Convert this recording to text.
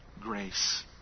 grace